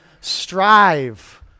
strive